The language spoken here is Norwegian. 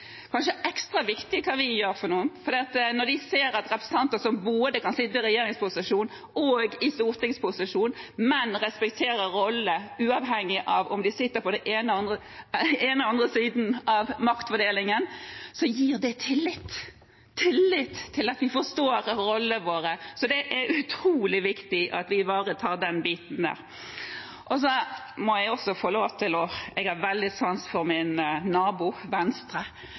i stortingsposisjon, men som respekterer rollene uavhengig av om de sitter på den ene eller andre siden av maktfordelingen, gir det tillit – tillit til at vi forstår rollene våre. Det er utrolig viktig at vi ivaretar den biten. Så må jeg også få lov til å si at jeg har veldig sans for min nabo på Hordalandsbenken, fra Venstre.